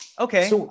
Okay